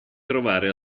trovare